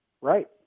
Right